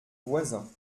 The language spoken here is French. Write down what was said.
voisin